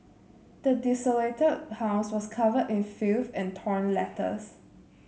the desolated house was covered in filth and torn letters